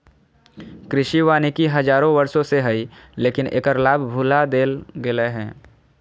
कृषि वानिकी हजारों वर्षों से हइ, लेकिन एकर लाभ भुला देल गेलय हें